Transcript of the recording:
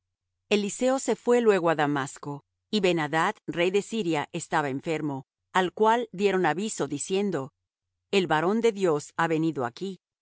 eliseo se fué luego á damasco y ben adad rey de siria estaba enfermo al cual dieron aviso diciendo el varón de dios ha venido aquí